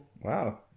Wow